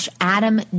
Adam